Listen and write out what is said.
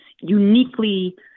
uniquely